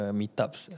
meetups